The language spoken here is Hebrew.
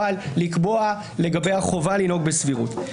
אבל לקבוע לגבי החובה לנהוג בסבירות.